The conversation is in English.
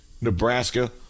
Nebraska